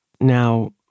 now